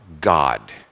god